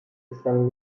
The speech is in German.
bislang